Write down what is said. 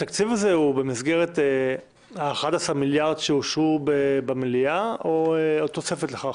התקציב הזה הוא במסגרת ה-11 מיליארד שאושרו במליאה או תוספת לכך?